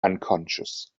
unconscious